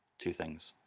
two things.